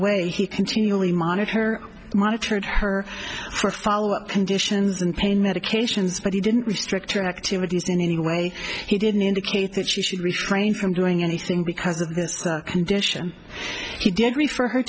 way he continually monitor monitored her for follow up conditions and pain medications but he didn't restrict her activities in any way he didn't indicate that she should refrain from doing anything because of this condition he did refer her